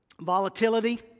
volatility